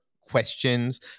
questions